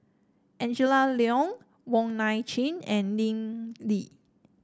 Angela Liong Wong Nai Chin and Lim Lee